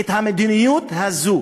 המדיניות הזאת,